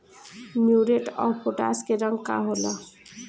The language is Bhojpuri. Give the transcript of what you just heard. म्यूरेट ऑफ पोटाश के रंग का होला?